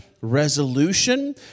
resolution